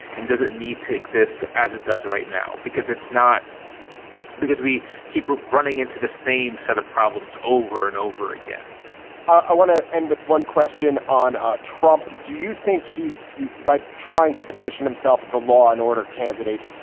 and does it need to exist as it does right now? because it's not because we keep running into the same set of problems over and over again i want to end with one question on ah trump. do you think he's by trying to position himself as the law and order candidate?